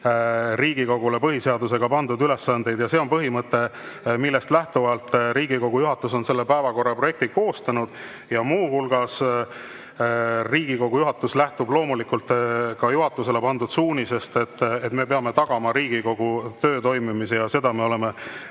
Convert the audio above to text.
Riigikogule põhiseadusega pandud ülesandeid. See on põhimõte, millest lähtuvalt Riigikogu juhatus on selle päevakorra projekti koostanud. Muu hulgas lähtub Riigikogu juhatus loomulikult juhatusele pandud suunisest, et me peame tagama Riigikogu töö toimimise, ja me oleme